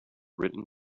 written